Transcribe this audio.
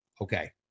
Okay